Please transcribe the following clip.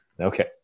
Okay